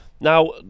Now